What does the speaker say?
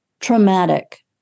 Traumatic